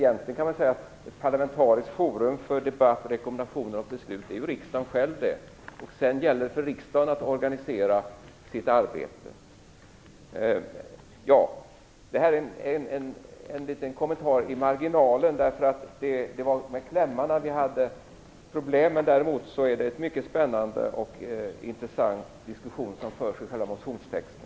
Egentligen kan man säga att ett parlamentariskt forum för debatt, rekommendationer och beslut är riksdagen själv. Sedan gäller det för riksdagen att organisera sitt arbete. Detta var en liten kommentar i marginalen. Det var med yrkandena som vi hade problem, men det är en mycket spännande och intressant diskussion som förs i själva motionstexten.